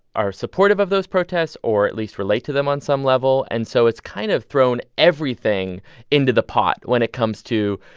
are supportive of those protests or at least relate to them on some level. and so it's kind of thrown everything into the pot when it comes to,